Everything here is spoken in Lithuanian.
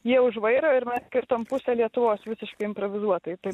jie už vairo ir mes kirtom pusę lietuvos visiškai improvizuotai tai